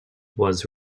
was